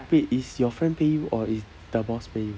wait it's your friend pay you or it's the boss pay you